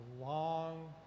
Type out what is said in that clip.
long